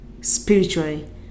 spiritually